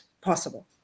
possible